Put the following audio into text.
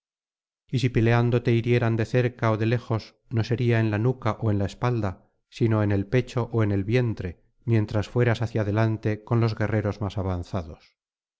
y si peleando te hirieran de cerca ó de lejos no sería en la nuca ó en la espalda sino en el pecho ó en el vientre mientras fueras hacia adelante con los guerreros más avanzados